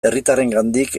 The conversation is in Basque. herritarrengandik